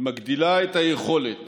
היא מגדילה את היכולת